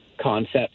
concept